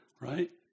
right